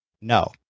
no